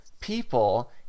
people